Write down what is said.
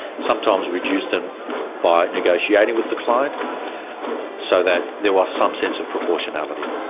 sometimes reduced them by negotiating with the client so that there was some sense of proportionality.